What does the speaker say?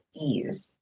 ease